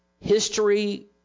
history